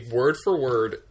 word-for-word